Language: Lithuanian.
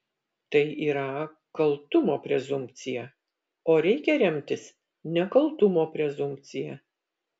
tai yra kaltumo prezumpcija o reikia remtis nekaltumo prezumpcija